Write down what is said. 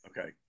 Okay